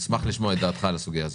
נשמח לשמוע את דעתך על הסוגיה הזאת.